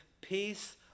peace